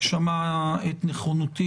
שמע את נכונותי.